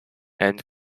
and